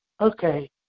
Okay